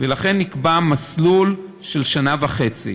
ולכן נקבע מסלול של שנה וחצי.